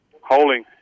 Holding